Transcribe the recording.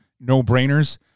no-brainers